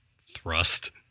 Thrust